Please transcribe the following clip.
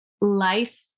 Life